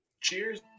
Cheers